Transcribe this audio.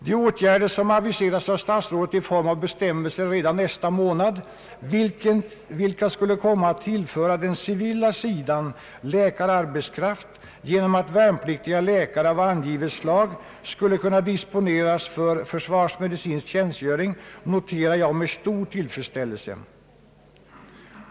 De åtgärder som aviseras av statsrådet i form av bestämmelser redan nästa månad, vilka skulle komma att tillföra den civila sidan läkararbetskraft genom att värnpliktiga läkare av angivet slag skulle kunna disponeras för försvarsmedicinsk tjänstgöring, noterar jag med stor tillfredsställelse.